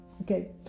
Okay